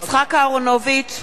(קוראת בשמות חברי הכנסת) יצחק אהרונוביץ,